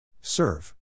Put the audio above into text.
Serve